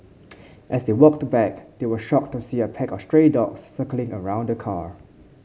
as they walked back they were shocked to see a pack of stray dogs circling around the car